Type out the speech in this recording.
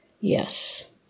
Yes